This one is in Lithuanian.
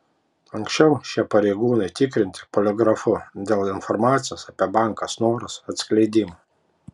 anksčiau šie pareigūnai tikrinti poligrafu dėl informacijos apie banką snoras atskleidimo